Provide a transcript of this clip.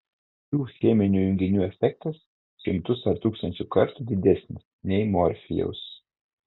šių cheminių junginių efektas šimtus ar tūkstančius kartų didesnis nei morfijaus